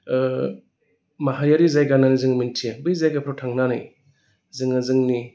माहारियारि जायगा होननानै जों मोन्थियो बै जायगाफोरखौ थांनानै जोङो जोंनि